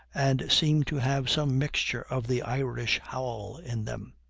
and seemed to have some mixture of the irish howl in them.